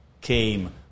came